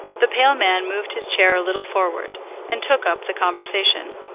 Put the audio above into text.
the pale man moved his chair a little forward and took up the conversation.